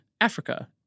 Africa